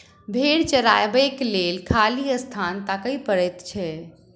भेंड़ चरयबाक लेल खाली स्थान ताकय पड़ैत छै